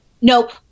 nope